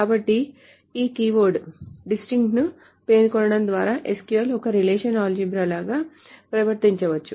కాబట్టి ఈ keyword DISTINCT ని పేర్కొనడం ద్వారా SQL ఒక రిలేషనల్ ఆల్జీబ్రా లాగా ప్రవర్తించవచ్చు